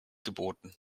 geboten